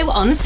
on